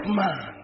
man